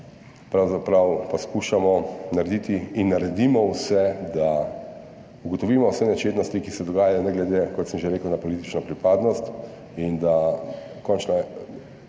pravzaprav poskušamo narediti in naredimo vse, da ugotovimo vse nečednosti, ki se dogajajo, ne glede, kot sem že rekel, na politično pripadnost, in da končno